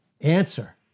Answer